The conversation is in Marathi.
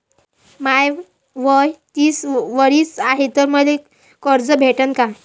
माय वय तीस वरीस हाय तर मले कर्ज भेटन का?